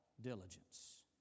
diligence